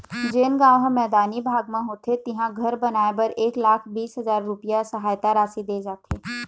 जेन गाँव ह मैदानी भाग म होथे तिहां घर बनाए बर एक लाख बीस हजार रूपिया सहायता राशि दे जाथे